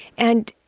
and,